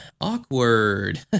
Awkward